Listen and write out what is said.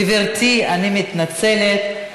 גברתי, אני מתנצלת.